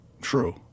true